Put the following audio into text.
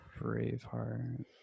Braveheart